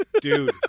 dude